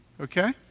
Okay